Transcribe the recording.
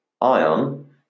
ion